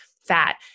fat